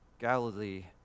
Galilee